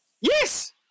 Yes